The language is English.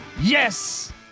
yes